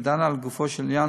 ודנה לגופו של עניין